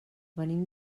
venim